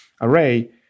array